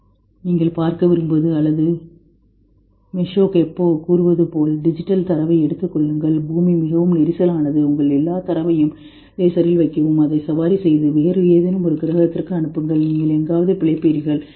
நீங்கள் பார்க்க விரும்புவது அல்லது டிஜிட்டல் தரவை எடுத்துக் கொள்ளுங்கள் பூமி மிகவும் நெரிசலானது உங்கள் எல்லா தரவையும் லேசரில் வைக்கவும் அதை சவாரி செய்து வேறு ஏதேனும் ஒரு கிரகத்திற்கு அனுப்பவும் என்று மெஷோ கெப்போ சொல்வது போல் இருக்கலாம்